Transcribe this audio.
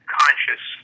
conscious